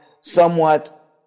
somewhat